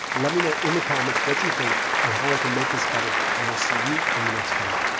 let me know in the comments what you think and how i can make this better. and i'll see you in the next video.